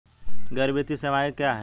गैर वित्तीय सेवाएं क्या हैं?